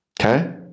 Okay